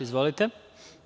Izvolite.